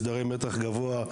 מסדרי מתח גבוה,